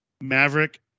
Maverick